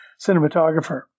cinematographer